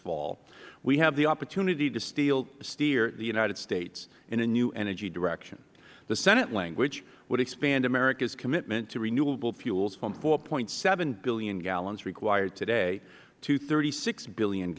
fall we have the opportunity to steer the united states in a new energy direction the senate language would expand america's commitment to renewable fuels from four point seven billion gallons required today to thirty six billion